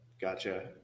Gotcha